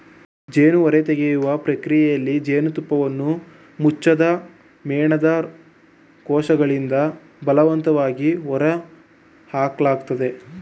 ಜೇನು ಹೊರತೆಗೆಯುವ ಪ್ರಕ್ರಿಯೆಯಲ್ಲಿ ಜೇನುತುಪ್ಪವನ್ನು ಮುಚ್ಚದ ಮೇಣದ ಕೋಶಗಳಿಂದ ಬಲವಂತವಾಗಿ ಹೊರಹಾಕಲಾಗ್ತದೆ